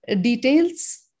details